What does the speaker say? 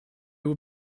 were